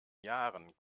jahren